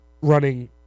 running